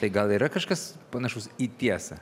tai gal yra kažkas panašus į tiesą